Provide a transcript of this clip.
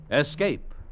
Escape